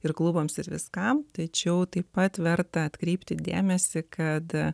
ir klubams ir viskam tačiau taip pat verta atkreipti dėmesį kad